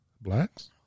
Blacks